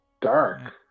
dark